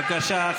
בבקשה.